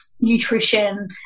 nutrition